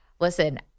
Listen